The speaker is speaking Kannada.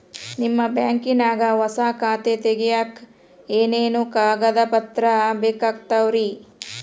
ನಿಮ್ಮ ಬ್ಯಾಂಕ್ ನ್ಯಾಗ್ ಹೊಸಾ ಖಾತೆ ತಗ್ಯಾಕ್ ಏನೇನು ಕಾಗದ ಪತ್ರ ಬೇಕಾಗ್ತಾವ್ರಿ?